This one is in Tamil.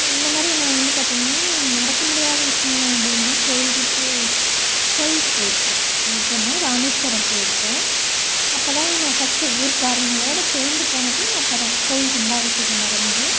இந்த மாதிரி நான் வந்து பார்த்தீங்கன்னா மறக்க முடியாத விஷயம் அப்படின்னா கோவிலுக்கு போ கோவிலுக்கு போய் இருக்கோம் எப்போண்ணா ராமேஸ்வரம் போய் இருக்கோம் அப்போதான் நான் ஃபர்ஸ்ட்டு ஊர்க்காரங்களோட சேர்ந்து போனது அப்போதான் கோவில் கும்பாபிஷேகம் நடந்து